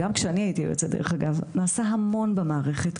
גם כשאני הייתי יועצת דרך אגב נעשה המון במערכת,